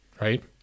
right